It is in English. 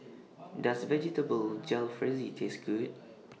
Does Vegetable Jalfrezi Taste Good